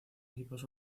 equipos